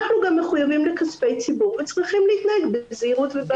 אנחנו גם מחויבים לכספי ציבור וצריכים להתנהג בזהירות ובאחריות.